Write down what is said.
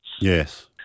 Yes